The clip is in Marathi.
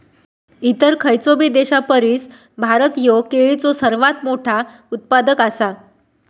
इतर खयचोबी देशापरिस भारत ह्यो केळीचो सर्वात मोठा उत्पादक आसा